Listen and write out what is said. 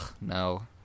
no